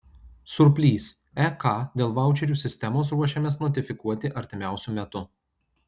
surplys ek dėl vaučerių sistemos ruošiamės notifikuoti artimiausiu metu